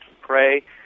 pray